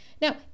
Now